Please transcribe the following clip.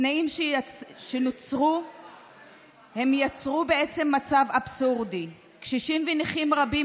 התנאים יצרו מצב אבסורדי: קשישים ונכים רבים